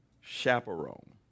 chaperone